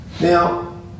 Now